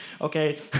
okay